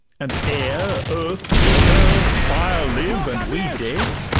and air earth water fire live and we dead?